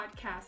podcast